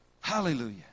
Hallelujah